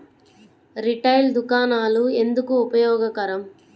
Retail దుకాణాలు ఎందుకు ఉపయోగకరం?